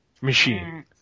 machine